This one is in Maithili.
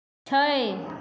छै